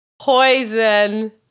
Poison